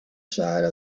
side